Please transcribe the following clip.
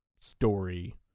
story